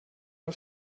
del